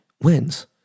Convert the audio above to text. wins